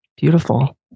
Beautiful